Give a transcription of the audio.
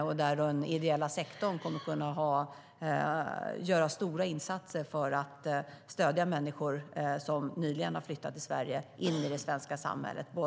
Där kommer den ideella sektorn att kunna göra stora insatser för att stödja människor som nyligen har flyttat till Sverige att komma in i det svenska samhället.